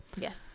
yes